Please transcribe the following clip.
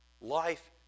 Life